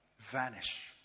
vanish